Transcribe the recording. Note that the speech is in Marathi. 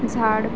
झाड